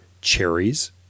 cherries